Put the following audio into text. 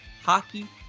hockey